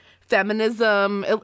feminism